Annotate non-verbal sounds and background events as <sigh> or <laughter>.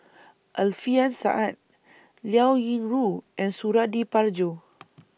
Alfian Sa'at Liao Yingru and Suradi Parjo <noise>